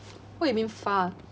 what you mean far